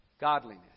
godliness